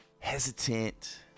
hesitant